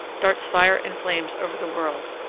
darts fire and flames over the world,